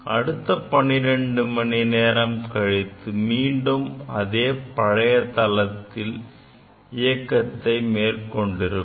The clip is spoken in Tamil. அடுத்த 12 மணி நேரம் கழித்து மீண்டும் இதே பழைய தளத்தில் இயக்கத்தை மேற்கொண்டிருக்கும்